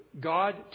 God